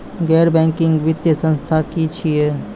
गैर बैंकिंग वित्तीय संस्था की छियै?